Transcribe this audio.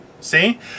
See